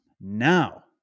now